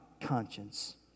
conscience